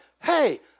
Hey